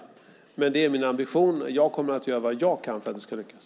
Det är i alla fall min ambition, och jag kommer att göra vad jag kan för att det ska lyckas.